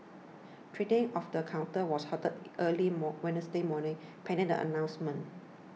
trading of the counter was halted early more Wednesday morning pending the announcement